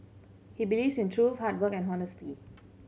he believes in truth hard work and honesty